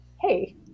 Hey